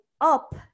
up